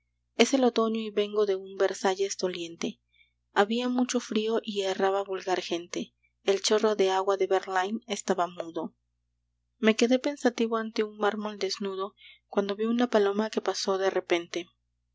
es el otoño y vengo de un versalles doliente había mucho frío y erraba vulgar gente el chorro de agua de verlaine estaba mudo me quedé pensativo ante un mármol desnudo cuando vi una paloma que pasó de repente